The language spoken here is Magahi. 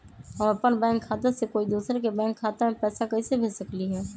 हम अपन बैंक खाता से कोई दोसर के बैंक खाता में पैसा कैसे भेज सकली ह?